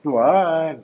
don't want